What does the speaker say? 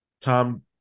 Tom